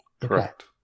Correct